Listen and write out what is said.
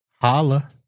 holla